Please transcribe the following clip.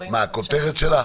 מה, הכותרת שלה?